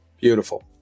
Beautiful